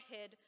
head